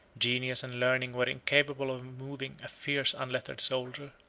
genius and learning were incapable of moving a fierce unlettered soldier,